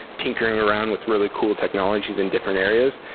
tinkering around with really cool technologies in different areas,